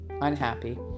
unhappy